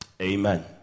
Amen